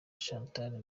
chantal